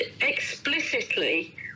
explicitly